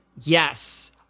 yes